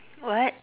what